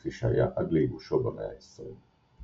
כפי שהיה עד לייבושו במאה העשרים.